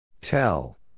Tell